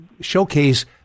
showcase